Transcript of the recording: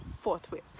forthwith